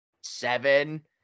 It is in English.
seven